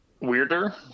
weirder